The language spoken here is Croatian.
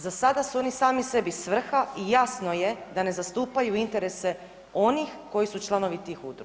Za sada su oni sami sebi svrha i jasno je da ne zastupaju interese onih koji su članovi tih udruga.